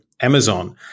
Amazon –